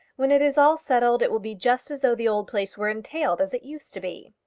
when it is all settled it will be just as though the old place were entailed, as it used to be.